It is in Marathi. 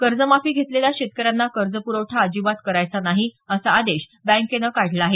कर्जमाफी घेतलेल्या शेतकऱ्यांना कर्ज प्रवठा अजिबात करायचा नाही असा आदेश बँकेने काढला आहे